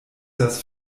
das